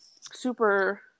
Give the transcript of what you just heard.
super